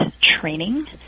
training